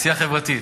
ועשייה חברתית.